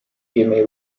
jimmy